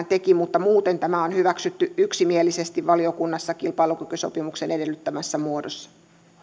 teki mutta muuten tämä on hyväksytty yksimielisesti valiokunnassa kilpailukykysopimuksen edellyttämässä muodossa